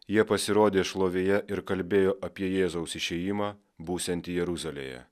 jie pasirodė šlovėje ir kalbėjo apie jėzaus išėjimą būsiantį jeruzalėje